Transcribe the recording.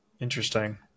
interesting